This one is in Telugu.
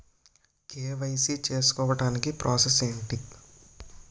కే.వై.సీ చేసుకోవటానికి ప్రాసెస్ ఏంటి?